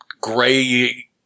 gray